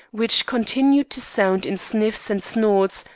which continued to sound in sniffs and snorts,